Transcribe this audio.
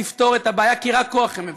תפתור את הבעיה, כי רק כוח הם מבינים.